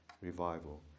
revival